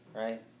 right